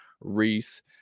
Reese